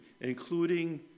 including